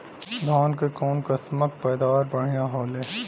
धान क कऊन कसमक पैदावार बढ़िया होले?